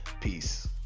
Peace